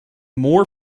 more